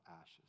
ashes